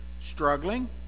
struggling